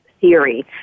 theory